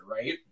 Right